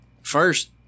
first